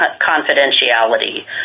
confidentiality